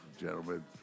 gentlemen